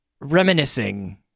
reminiscing